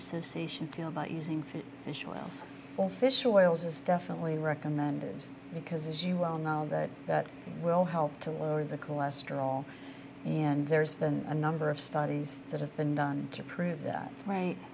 association feel about using for fish oils for fish oils is definitely recommended because as you well know that will help to lower the cholesterol and there's been a number of studies that have been done to prove that right